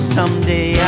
Someday